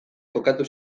kokatu